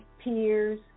peers